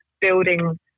building